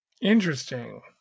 Interesting